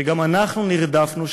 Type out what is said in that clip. שגם אנחנו נרדפנו,